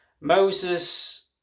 Moses